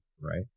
right